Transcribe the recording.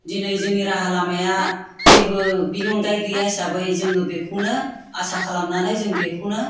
दिनै जोंनि राहा लामाया जेबो बिनि अनगायै गैया हिसाबै जोङो बेखौनो आसा खालामनानै जों बेखौनो